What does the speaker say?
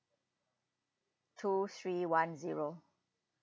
two three one zero